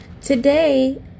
Today